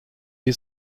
die